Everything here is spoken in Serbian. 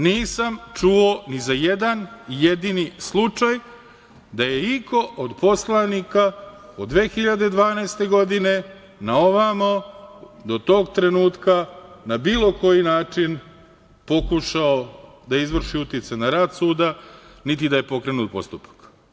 Nisam čuo ni za jedna jedni slučaj da je iko od poslanika od 2012. godine na ovamo do tog trenutka na bilo koji način pokušao da izvrši uticaj na rad suda, niti da je pokrenut postupka.